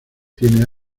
tiene